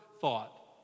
thought